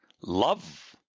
love